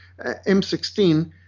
M16